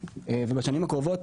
ובשנים הקרובות,